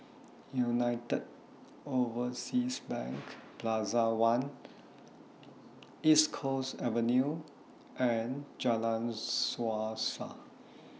United Overseas Bank Plaza one East Coast Avenue and Jalan Suasa